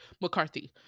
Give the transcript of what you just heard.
McCarthy